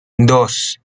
dos